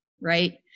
Right